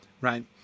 right